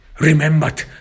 remembered